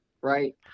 right